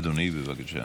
אדוני, בבקשה.